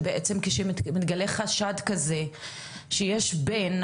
שבעצם כשמתגלה חשד כזה ושיש בן,